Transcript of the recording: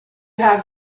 have